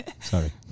Sorry